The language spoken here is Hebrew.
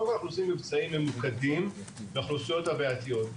קודם כל אנחנו עושים מבצעים ממוקדים באוכלוסיות הבעייתיות.